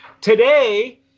Today